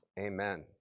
Amen